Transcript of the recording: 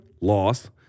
loss